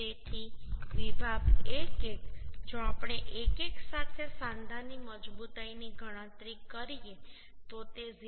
તેથી વિભાગ 1 1 જો આપણે 1 1 સાથે સાંધાની મજબૂતાઈની ગણતરી કરીએ તો તે 0